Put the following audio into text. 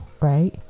right